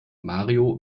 mario